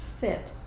fit